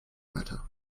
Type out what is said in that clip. matter